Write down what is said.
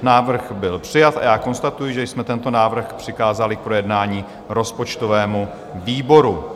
Návrh byl přijat a já konstatuji, že jsme tento návrh přikázali k projednání rozpočtovému výboru.